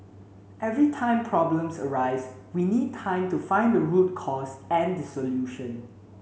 every time problems arise we need time to find the root cause and the solution